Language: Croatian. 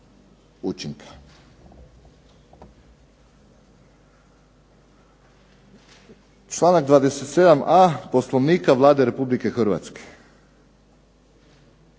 učinka.